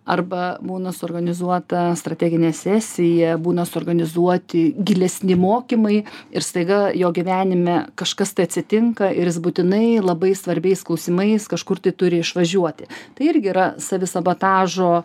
arba būna suorganizuota strateginė sesija būna suorganizuoti gilesni mokymai ir staiga jo gyvenime kažkas tai atsitinka ir jis būtinai labai svarbiais klausimais kažkur tai turi išvažiuoti tai irgi yra savisabotažo